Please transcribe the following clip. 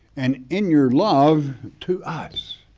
and in your love to us